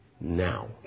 now